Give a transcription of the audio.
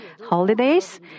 holidays